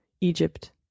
egypt